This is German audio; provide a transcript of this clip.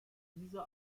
fiese